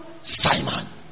Simon